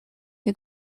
who